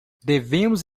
devemos